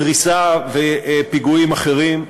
דריסה ופיגועים אחרים.